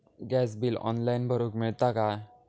Gas bill online भरुक मिळता काय?